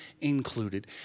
included